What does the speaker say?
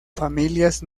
familias